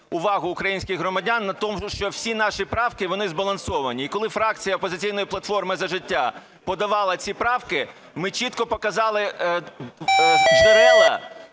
увагу українських громадян на тому, що всі наші правки, вони збалансовані. І коли фракція опозиційної платформи "За життя" подавала ці правки, ми чітко показали джерела